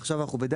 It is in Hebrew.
עכשיו אנחנו ב-(ד),